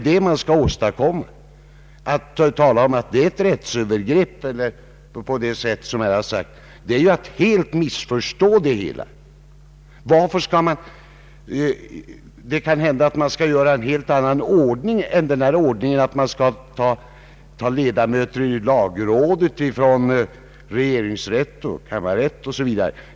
Den som påstår att det är ett rättsövergrepp har helt missförstått förslaget. Det kan hända att det behövs en helt annan ordning, att man inte skall ta ledamöter till lagrådet från regeringsrätt och högsta domstolen.